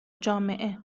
جامعه